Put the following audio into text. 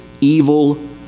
evil